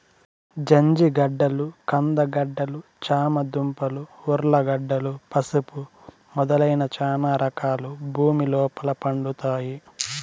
జంజిగడ్డలు, కంద గడ్డలు, చామ దుంపలు, ఉర్లగడ్డలు, పసుపు మొదలైన చానా రకాలు భూమి లోపల పండుతాయి